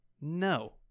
No